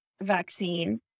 Vaccine